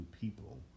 people